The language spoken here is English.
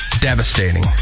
devastating